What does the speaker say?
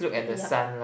uh yeah